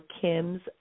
Kim's